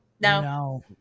No